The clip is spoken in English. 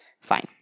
Fine